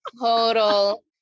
total